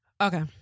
Okay